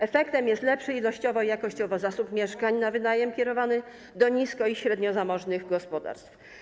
Efektem jest lepszy ilościowo i jakościowo zasób mieszkań na wynajem kierowany do nisko- i średniozamożnych gospodarstw.